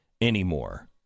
anymore